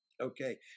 okay